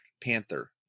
Panther